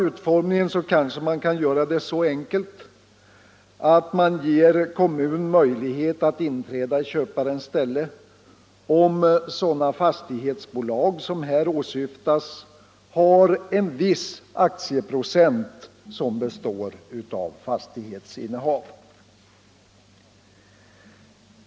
Utformningen kan kanske göras så enkel att en kommun ges möjlighet att inträda i köparens ställe om aktierna i ett sådant fastighetsbolag som här åsyftas till viss procent utgörs av fastighetsinnehav.